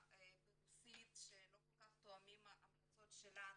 ברוסית שלא כל כך תואמים את ההמלצות שלנו,